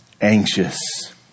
anxious